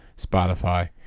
Spotify